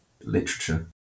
literature